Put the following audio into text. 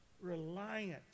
reliant